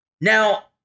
Now